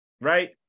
Right